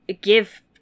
give